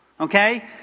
Okay